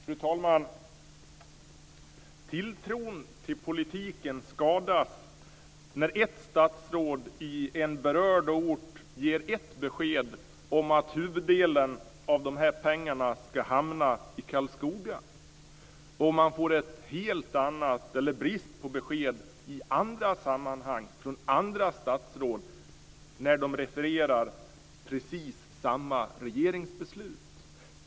Fru talman! Tilltron till politiken skadas när ett statsråd i en berörd ort ger ett besked om att huvuddelen av pengarna skall hamna i Karlskoga och man får brist på besked i andra sammanhang från andra statsråd när de refererar precis samma regeringsbeslut.